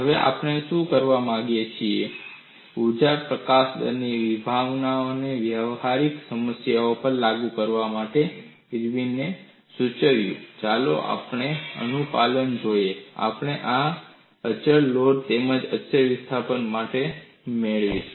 હવે આપણે શું કરવા માગીએ છીએ ઊર્જા પ્રકાશન દરની વિભાવનાને વ્યવહારિક સમસ્યાઓ પર લાગુ કરવા માટે ઇરવિને સૂચવ્યું ચાલો આપણે અનુપાલન જોઈએ આપણે આ અચળ લોડ તેમજ અચળ વિસ્થાપન માટે મેળવીશું